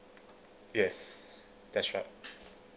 yes that's right